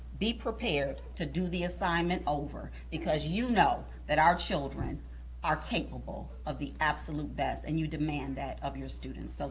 be prepared to do the assignment over, because you know that our children are capable of the absolute best, and you demand that of your students.